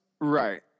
Right